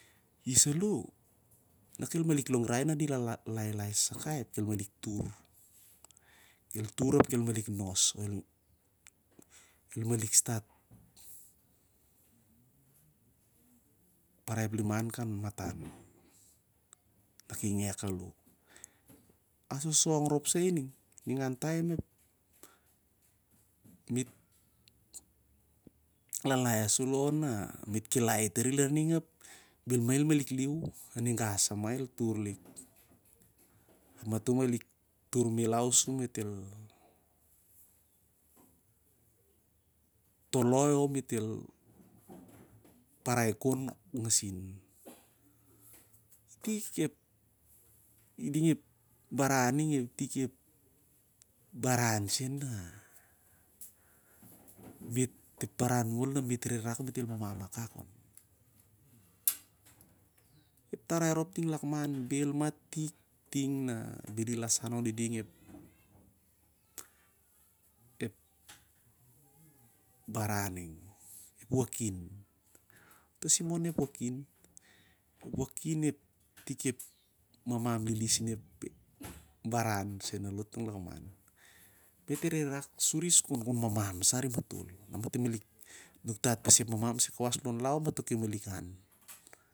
I saloh na kel malik longrai na di ki malik lai sasakai ap el malik tur. El tur ap el malik nos, ap el parai ep liman kan lon api ngek aloh ep asosong rop sah ining. Taem me't ke lalaes saloh on na me't ki lai tari larning ap bel mah el malik liu aning ga sa mah el turlik ap me'tel toloi a me't el parai kohn ngasin. Tik ep, iding ep baran ning, ep baran sen larna ep baran momol na me't rop ting lakman be'l maloh tik- na bel i lasan oniding ep baran ning ep wakin. U tasimon ep wakin, itik ep baran, mamam lilis inep baran me't rere rak suri konep mamam sa arimatol. Na me't ki malik nuktat pasep mamam sai kawas lon lau ap matoh ki an- mato malik ap bel sur ep sa, mamato man sa sur ep pastat i kon mamam sa-